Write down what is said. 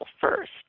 first